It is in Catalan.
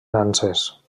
nanses